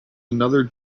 another